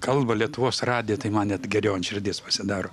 kalbą lietuvos radija tai man net geriau ant širdies pasidaro